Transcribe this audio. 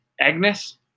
Agnes